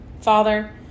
Father